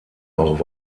auch